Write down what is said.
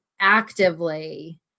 actively